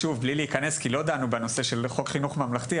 בלי להיכנס כי לא דנו בנושא של חוק חינוך ממלכתי,